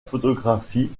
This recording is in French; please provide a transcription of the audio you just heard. photographie